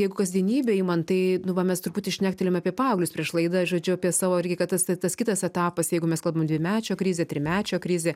jeigu kasdienybę imant tai nu va mes truputį šnektelim apie paauglius prieš laidą žodžiu apie savo irgi kad tas tas kitas etapas jeigu mes kalbam dvimečio krizė trimečio krizė